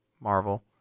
Marvel